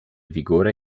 vigore